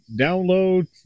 download